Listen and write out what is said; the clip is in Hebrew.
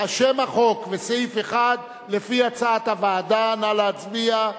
שם החוק וסעיף 1 לפי הצעת הוועדה, נא להצביע.